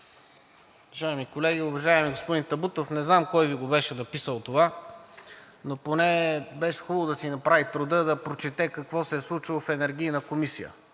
Уважаеми колеги, уважаеми господин Табутов! Не знам кой Ви го беше написал това, но поне беше хубаво да си направи труда да прочете какво се е случило в Енергийната комисия,